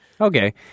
Okay